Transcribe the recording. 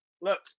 look